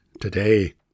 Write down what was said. Today